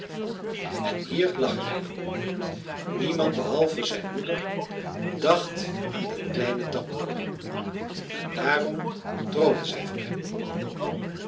en hier lag er een niemand behalve zijn moeder dacht aan den kleinen tamboer en daarom droomde zij van hem